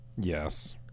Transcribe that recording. Yes